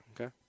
Okay